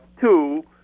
two